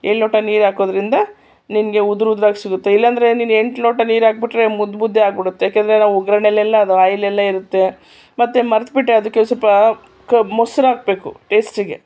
ಏಳು ಲೋಟ ನೀರು ಹಾಕೋದರಿಂದ ನಿಮಗೆ ಉದ್ರು ಉದ್ರಾಗಿ ಸಿಗುತ್ತೆ ಇಲ್ಲ ಅಂದ್ರೆ ನೀನು ಎಂಟು ಲೋಟ ನೀರು ಹಾಕಿಬಿಟ್ರೆ ಮುದ್ದೆ ಮುದ್ದೆ ಆಗ್ಬಿಡುತ್ತೆ ಯಾಕೆಂದರೆ ನಾವು ಒಗ್ಗರಣೆಯಲ್ಲೆಲ್ಲ ಅದು ಆಯ್ಲೆಲ್ಲ ಇರುತ್ತೆ ಮತ್ತೆ ಮರೆತ್ಬಿಟ್ಟೆ ಅದಕ್ಕೆ ಸ್ವಲ್ಪ ಕೊ ಮೊಸ್ರು ಹಾಕಬೇಕು ಟೇಸ್ಟ್ಗೆ